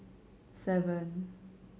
seven